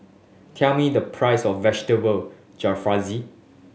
tell me the price of Vegetable Jalfrezi